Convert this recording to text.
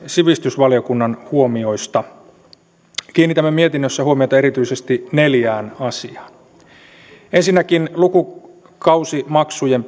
sivistysvaliokunnan huomioista kiinnitämme mietinnössä huomiota erityisesti neljään asiaan ensinnäkin lukukausimaksujen